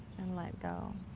and let go.